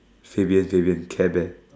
Shavian Shavian Care-Bear